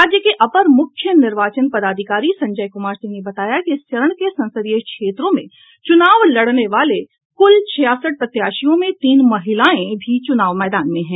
राज्य के अपर मूख्य निर्वाचन पदाधिकारी संजय कुमार सिंह ने बताया कि इस चरण के संसदीय क्षेत्रों में चुनाव लड़ने वाले कुल छियासठ प्रत्याशियों में तीन महिलाएं भी चूनाव मैदान में हैं